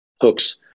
hooks